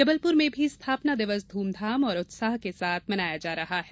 जबलपुर में भी स्थापना दिवस ध्रमधाम और उत्साह के साथ मनाया जा रहा है